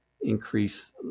increase